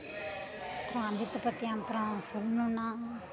அப்றம் அஜித்தை பற்றி அப்றம் சொல்லனுன்னா